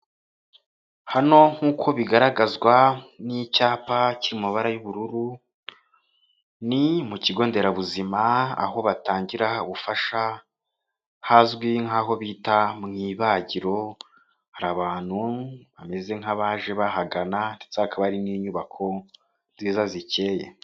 Hano nk'uko bigaragazwa n'icyapa kiri mu mabara y'ubururu ni mu kigo nderabuzima, aho batangira gufasha, hazwi nk'aho bita mu ibagiro, hari abantu bameze nk'abaje bahagana ndetse hakaba hari n'inyubako nziza zikeye.